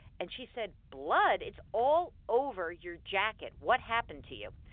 and she said, blood? it's all over your jacket. what happened to you?